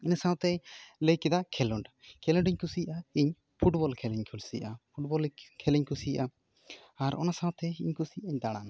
ᱤᱱᱟᱹ ᱥᱟᱶ ᱛᱮ ᱞᱟᱹᱭ ᱠᱮᱫᱟ ᱠᱷᱮᱞᱳᱵ ᱠᱷᱮᱞᱳᱰᱤᱧ ᱠᱩᱥᱤᱭᱟᱜᱼᱟ ᱯᱷᱩᱴᱵᱚᱞ ᱠᱷᱮᱞ ᱤᱧ ᱠᱩᱥᱤᱭᱟᱜᱼᱟ ᱯᱷᱩᱴᱵᱚᱞ ᱠᱷᱮᱞ ᱤᱧ ᱠᱩᱥᱤᱭᱟᱜᱼᱟ ᱟᱨ ᱚᱱᱟ ᱥᱟᱶ ᱛᱮ ᱤᱧ ᱠᱩᱥᱤᱭᱤᱧ ᱫᱟᱬᱟᱱ